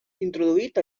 introduït